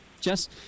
Jess